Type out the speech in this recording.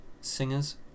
singers